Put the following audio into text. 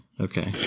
Okay